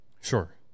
sure